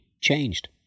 changed